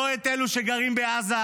לא את אלו שגרים בעזה,